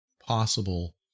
possible